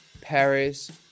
Paris